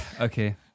Okay